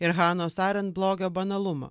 ir hanos aren blogio banalumą